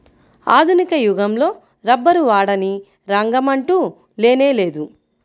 ఆధునిక యుగంలో రబ్బరు వాడని రంగమంటూ లేనేలేదు